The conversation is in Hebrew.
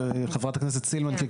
חברת הכנסת סילמן,